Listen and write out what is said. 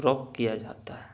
فروخت کیا جاتا ہے